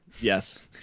Yes